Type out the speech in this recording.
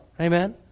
Amen